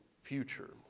future